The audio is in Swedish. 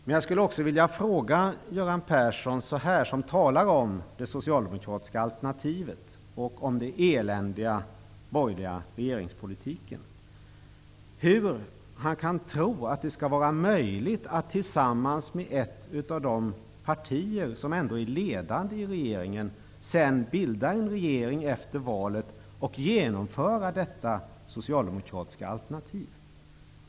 Men jag skulle också vilja fråga Göran Persson, som talar om det socialdemokratiska alternativet och om den eländiga borgerliga regeringspolitiken, hur han kan tro att det skall vara möjligt att tillsammans med ett av de partier som är ledande i regeringen bilda en regering efter valet och genomföra detta socialdemokratiska alternativ.